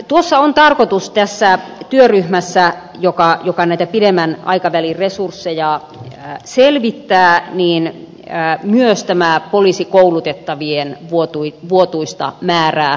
tuossa työryhmässä joka näitä pidemmän aikavälin resursseja selvittää on tarkoitus myös tätä poliisikoulutettavien vuotuista määrää tarkastella